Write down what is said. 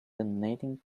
donating